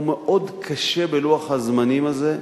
הוא מאוד קשה בלוח הזמנים הזה.